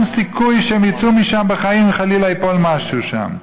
סיכוי שהם יצאו משם בחיים אם חלילה ייפול משהו שם.